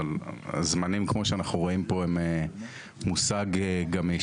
אבל זמנים כמו שאנחנו רואים פה הם מושג גמיש.